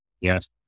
Yes